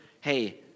Hey